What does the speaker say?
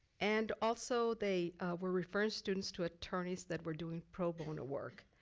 and also, they were referring students to attorneys that were doing pro bono work.